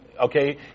okay